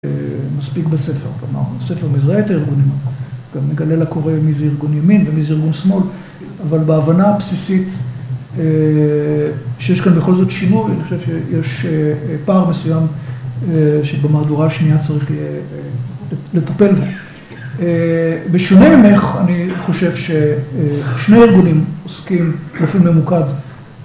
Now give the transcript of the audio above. מספיק בספר, גמרנו, ספר מזהה את הארגונים, גם מגלה לקורא מי זה ארגון ימין ומי זה ארגון שמאל, אבל בהבנה הבסיסית שיש כאן בכל זאת שימור, אני חושב שיש פער מסוים שבמהדורה השנייה צריך יהיה לטפל. בשונה ממך, אני חושב ששני ארגונים עוסקים באופן ממוקד